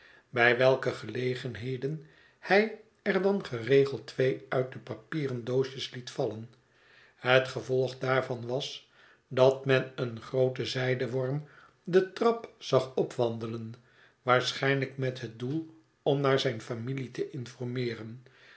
bij welke gelegenheden hij er dan geregeld twee uit de papieren doosjes liet vallen het gevolg daarvan was dat men een grooten zijworm de trap zag opwandelen waarschijnlijk met het doel om naar zijn familie te informeeren